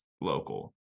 local